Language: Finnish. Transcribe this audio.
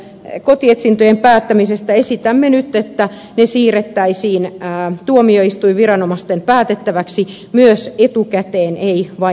yleisten kotietsintöjen päättämisestä esitämme nyt että ne siirrettäisiin tuomioistuinviranomaisten päätettäväksi myös etukäteen ei vain jälkikäteen